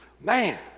Man